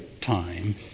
time